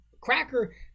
cracker